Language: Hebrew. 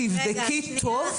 תבדקו טוב.